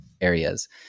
areas